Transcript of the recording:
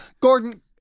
Gordon